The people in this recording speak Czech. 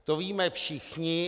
To víme všichni.